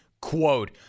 Quote